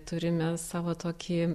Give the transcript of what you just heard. turime savo tokį